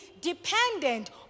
dependent